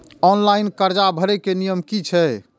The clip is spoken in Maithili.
ऑनलाइन कर्जा भरे के नियम की छे?